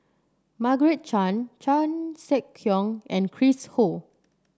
Margaret Chan Chan Sek Keong and Chris Ho